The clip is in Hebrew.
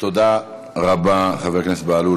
תודה רבה, חבר הכנסת בהלול.